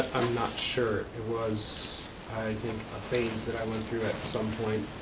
i'm not sure. it was i think a phase that i went through at some point.